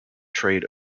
trade